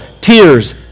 tears